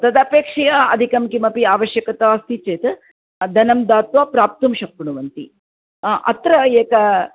तदपेक्षया अधिकं किमपि आवश्यकता अस्ति चेत् धनं दत्वा प्राप्तुं शक्नुवन्ति अत्र